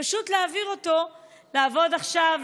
להעביר אותו לעבוד עכשיו,